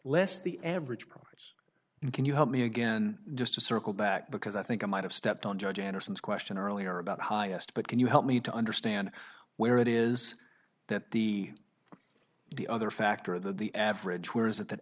less the average price and can you help me again just to circle back because i think i might have stepped on judge anderson's question earlier about highest but can you help me to understand where it is that the the other factor that the average where is it